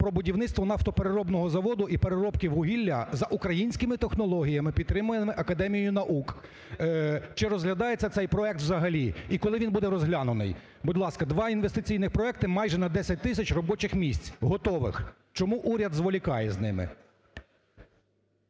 про будівництво нафтопереробного заводу і переробки вугілля за українськими технологіями, підтриманими Академією наук. Чи розглядається цей проект взагалі, і коли він буде розглянутий? Будь ласка, два інвестиційні проекти майже на 10 тисячі робочих місць, готових, чому уряд зволікає з ними?